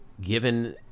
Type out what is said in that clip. given